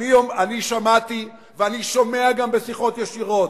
אני שמעתי ואני שומע גם בשיחות ישירות: